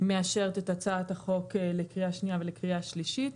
מאשרת את הצעת החוק לקריאה שנייה ולקריאה שלישית.